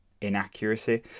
inaccuracy